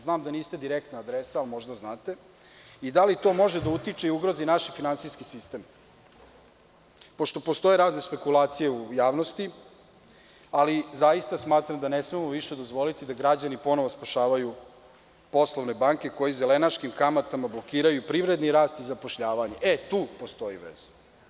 Znam da niste direktna adresa, ali možda znate i da li to može da utiče i ugrozi naš finansijski sistem, pošto postoje razne špekulacije u javnosti, ali zaista smatram da ne smemo više dozvoliti da građani ponovo spašavaju poslovne banke, koji zelenaškim kamatama blokiraju privredni rast i zapošljavanje, tu postoji veza?